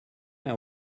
are